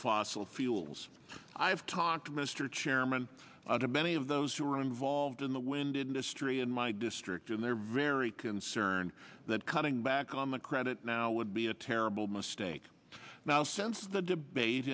still feels i've talked to mr chairman to many of those who are involved in the wind industry in my district and they're very concerned that cutting back on the credit now would be a terrible mistake now since the